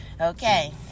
Okay